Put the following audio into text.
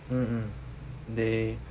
mmhmm they